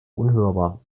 unhörbar